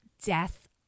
Death